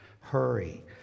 hurry